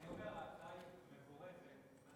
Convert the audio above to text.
אני